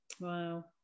Wow